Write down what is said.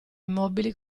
immobili